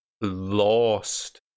Lost